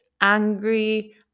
angry